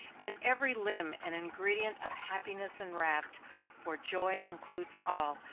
and every limb and ingredient of happiness enwrapped for joy includes all,